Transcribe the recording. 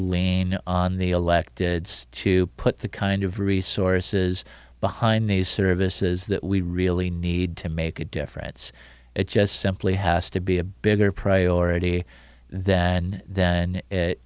lean on the elected to put the kind of resources behind these services that we really need to make a difference it just simply has to be a bigger priority than than